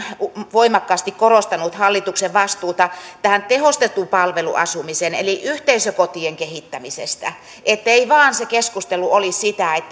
voimakkaasti korostanut hallituksen vastuuta tähän tehostettuun palveluasumiseen eli yhteisökotien kehittämiseen ettei vaan se keskustelu olisi sitä että